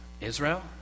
Israel